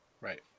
Right